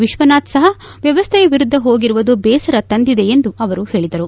ವಿಶ್ವನಾಥ್ ಸಹಾ ವ್ಯವಸ್ಥೆಯ ವಿರುದ್ದ ಹೋಗಿರುವುದು ಬೇಸರ ತಂದಿದೆ ಎಂದು ಅವರು ಹೇಳಿದರು